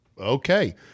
okay